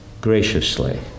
graciously